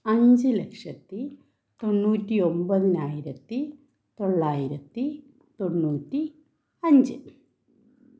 അഞ്ച് ലക്ഷത്തി തൊണ്ണൂറ്റി ഒന്പതിനായിരത്തി തൊള്ളായിരത്തി തൊണ്ണൂറ്റി അഞ്ച്